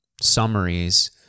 summaries